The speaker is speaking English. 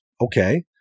Okay